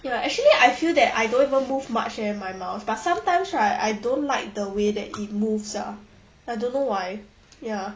you know actually I feel that I don't even move much leh my mouse but sometimes right I don't like the way that it moves ah I don't know why ya